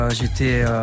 j'étais